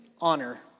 honor